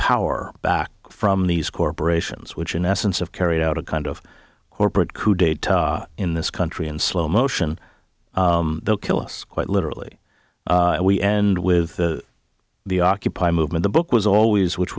power back from these corporations which in essence of carried out a kind of corporate coup d'etat in this country in slow motion will kill us quite literally and we end with the occupy movement the book was always which